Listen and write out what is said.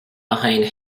behind